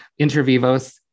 Intervivos